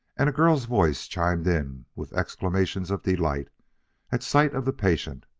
and a girl's voice chimed in with exclamations of delight at sight of the patient,